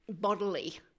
bodily